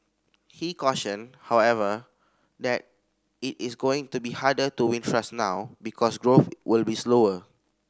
he cautioned however that it is going to be harder to win trust now because growth will be slower